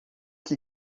que